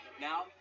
Now